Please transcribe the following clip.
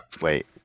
Wait